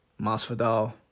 Masvidal